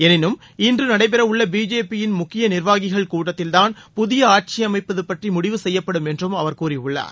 எனினும் இன்று நடைபெறவுள்ள பிஜேபியின் முக்கிய நிர்வாகிகள் கூட்டத்தில்தான் புதிய ஆட்சி அமைப்பது பற்றி முடிவு செய்யப்படும் என்றும் அவர் கூறியுள்ளார்